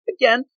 again